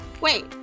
Wait